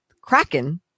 Kraken